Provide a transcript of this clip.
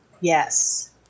Yes